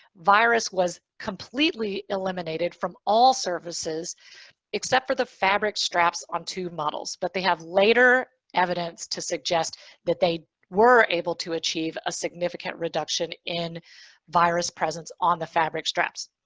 virus was completely eliminated from all surfaces except for the fabric straps on two models. but they have later evidence to suggest that they were able to achieve a significant reduction in virus presence on the fabric straps.